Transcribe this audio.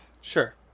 sure